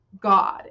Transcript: God